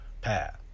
path